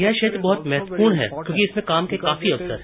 यह क्षेत्र बहुत महत्वपूर्ण है क्योंकि इसमें काम के काफी अवसर हैं